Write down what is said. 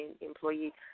Employee